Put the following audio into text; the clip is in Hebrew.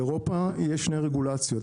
באירופה יש שני רגולציות,